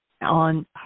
On